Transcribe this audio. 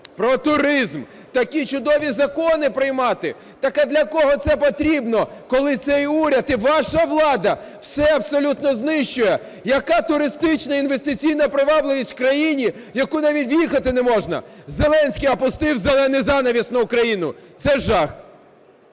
про туризм. Такі чудові закони приймати. Так а для кого це потрібно, коли цей уряд і ваша влада все абсолютно знищує? Яка туристична інвестиційна привабливість в країні, в яку навіть в'їхати не можна? Зеленський опустив "зелений занавис" на Україну. Це жах!